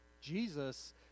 Jesus